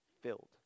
filled